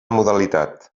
modalitat